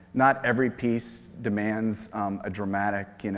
not every piece demands a dramatic, you know,